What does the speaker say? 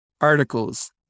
articles